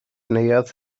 neuadd